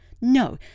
no